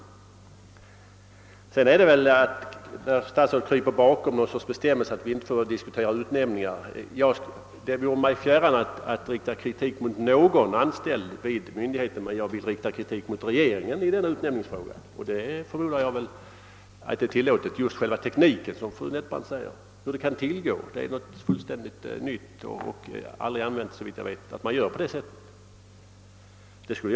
Herr statsrådet kryper vidare bakom en bestämmelse enligt vilken diskussion av utnämningar inte skulle få förekomma i detta sammanhang. Det vore mig fjärran att rikta kritik mot någon anställd hos myndigheten, men jag vill däremot rikta kritik mot regeringen i den aktuella utnämningsfrågan. Jag förmodar att det är tillåtet att, såsom fru Nettelbrandt säger, diskutera förfaringssättet. Det är nytt, och man har såvitt jag vet aldrig tidigare handlat på detta sätt.